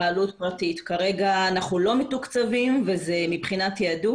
כרגע אנחנו לא מתוקצבים ומבחינת תעדוף